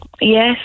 Yes